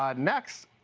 um next.